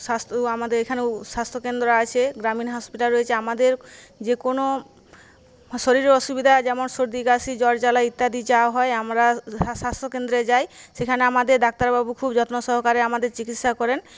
স্বাস্থ্য আমাদের এখানেও স্বাস্থ্যকেন্দ্র আছে গ্রামীণ হসপিটাল রয়েছে আমাদের যে কোনও শরীরের অসুবিধা যেমন সর্দিকাশি জ্বরজ্বালা ইত্যাদি যা হয় আমরা স্বাস্থ্যকেন্দ্রে যাই সেখানে আমাদের ডাক্তারবাবু খুব যত্ন সহকারে আমাদের চিকিৎসা করেন